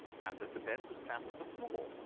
and that the bed was clamped to the floor,